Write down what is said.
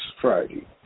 Friday